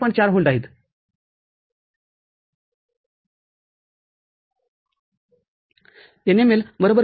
४ volt आहेत ठीक आहे